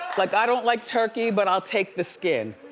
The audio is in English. like i don't like turkey, but i'll take the skin.